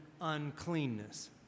uncleanness